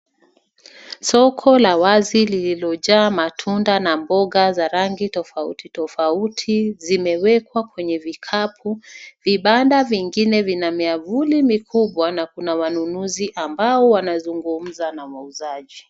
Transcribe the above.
Soko la wazi lililojaa matunda na mgoga za rangi tofautitofauti zimewekwa kwenye vikapu. Vibanda vingine vina miavuli mikubwa na kuna wanunuzi ambao wanazungumza na wauzaji.